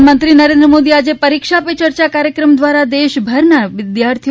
પ્રધાનમંત્રી નરેન્દ્ર મોદી આજે પરીક્ષા પે ચર્ચા કાર્યક્રમ દ્વારા દેશભરના વિદ્યાર્થીઓ